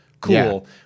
Cool